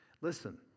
Listen